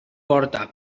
porta